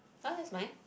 !huh! that's mine